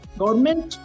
government